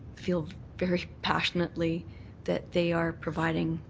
feel very passionately that they are providing